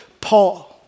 Paul